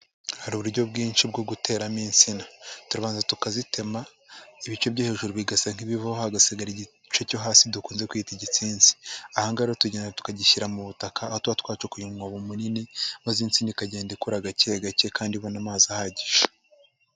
Hari uburyo bwinshi bwo guteramo insina, turabanza tukazitema, ibice byo hejuru bigasa nk'ibiva hagasigara igice cyo hasi dukunze kwita igitsinsi, aha ngaha rero tugenda tukagishyira mu butaka aho tuba twacukuye umwobo munini, maze insina ikagenda ikura gake gake kandi ibona amazi ahagije.